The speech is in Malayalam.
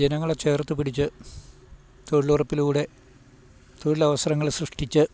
ജനങ്ങളെ ചേർത്ത് പിടിച്ച് തൊഴിലുറപ്പിലൂടെ തൊഴിലവസരങ്ങൾ സൃഷ്ടിച്ച്